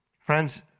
Friends